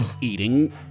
eating